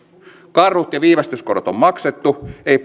karhut ja viivästyskorot on maksettu ei